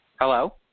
Hello